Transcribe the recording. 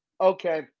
okay